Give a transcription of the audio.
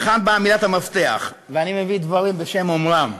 כאן באה מילת המפתח, ואני מביא דברים בשם אומרם.